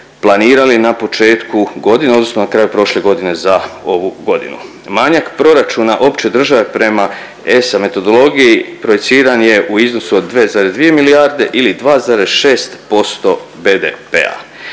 planirali na početku godine odnosno na kraju prošle godine za ovu godinu. Manjak proračuna opće države prema ESA metodologiji projiciran je u iznosu od 2,2 milijarde ili 2,6% BDP-a.